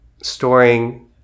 storing